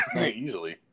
Easily